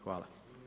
Hvala.